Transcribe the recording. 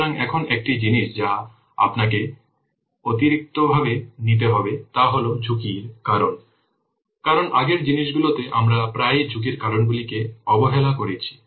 সুতরাং এখানে একটি জিনিস যা আপনাকে অতিরিক্তভাবে নিতে হবে তা হল ঝুঁকির কারণ কারণ আগের জিনিসগুলিতে আমরা প্রায়ই ঝুঁকির কারণগুলোকে অবহেলা করেছি